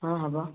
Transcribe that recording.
ହଁ ହବ